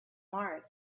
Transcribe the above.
mars